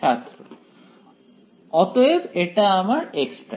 ছাত্র অতএব এটা আমার x'